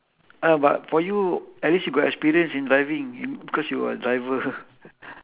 oh but for you at least you got experience in driving you because you are driver